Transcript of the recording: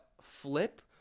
flip